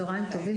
צוהריים טובים,